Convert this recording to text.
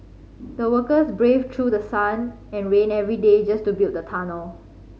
the workers braved through sun and rain every day just to build the tunnel